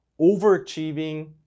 overachieving